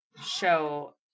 show